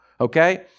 okay